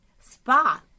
spot